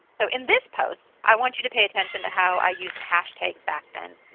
so in this post i want you to pay attention to how i used hashtags back then,